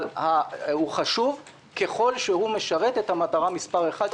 הוא חשוב ככל שהוא משרת את המטרה מספר אחת,